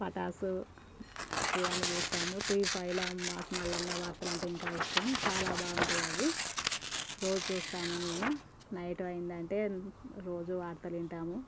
పటాసు ఇవన్నీ చూస్తాము టీవీ ఫైవ్లో మాస్ మల్లన్న వార్తలంటే ఇంకా ఇష్టం చాలా బాగుంటాయి అవి రోజు చూస్తాము మేము నైటు అయిందంటే రోజు వార్తలింటాము